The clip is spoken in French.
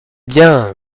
bien